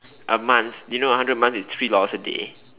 a month do you a hundred month means three dollar a day